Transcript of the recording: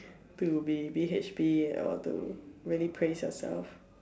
to be B_H_B or to really praise yourself